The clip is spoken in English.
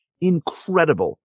incredible